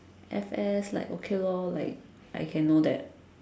F_S like okay lor like I can know that